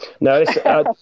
No